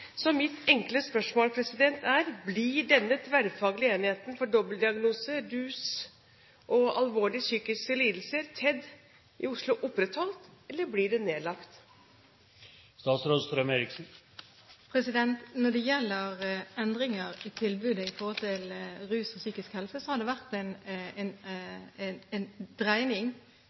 Så mitt enkle spørsmål er: Blir denne tverrfaglige enheten for dobbeltdiagnose, rus og alvorlige psykiske lidelser, TEDD, i Oslo opprettholdt, eller blir den nedlagt? Når det gjelder endringer i tilbudet innen rus og psykisk helse, har det vært en